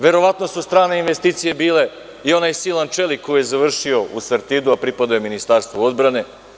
Verovatno su strane investicije bile i onaj silan čelik koji je završio u „Sartidu“ a pripadao je Ministarstvu odbrane.